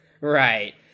Right